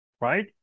right